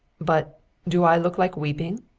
but do i look like weeping?